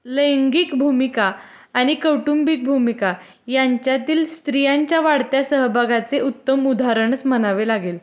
लैंगिक भूमिका आणि कौटुंबिक भूमिका यांच्यातील स्त्रियांच्या वाढत्या सहभागाचे उत्तम उदाहरणच म्हणावे लागेल